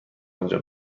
آنجا